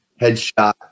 headshot